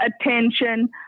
attention